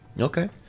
Okay